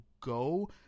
go